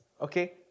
okay